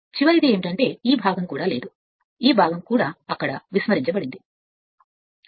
చివరిది ఏమిటంటే మనకి ఈ భాగం కూడా లేదు ఈ భాగం కూడా అక్కడ నిర్లక్ష్యం చేయబడినది సరైనది